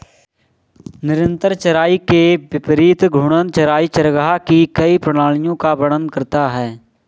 निरंतर चराई के विपरीत घूर्णन चराई चरागाह की कई प्रणालियों का वर्णन करता है